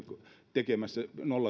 tekemässä